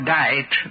died